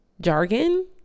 jargon